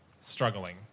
struggling